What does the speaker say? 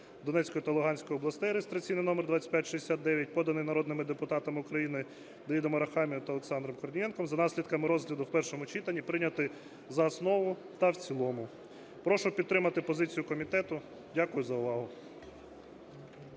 Донецької та Луганської областей" (реєстраційний номер 2569), поданий народними депутатами України Давидом Арахамією та Олександром Корнієнком, за наслідками розгляду в першому читанні прийняти за основу та в цілому. Прошу підтримати позицію комітету. Дякую за увагу.